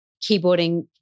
keyboarding